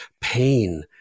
pain